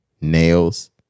nails